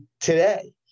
today